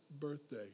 birthday